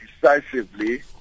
decisively